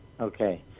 Okay